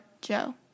joe